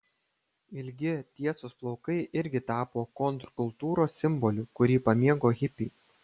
ilgi tiesūs plaukai irgi tapo kontrkultūros simboliu kurį pamėgo hipiai